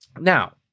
Now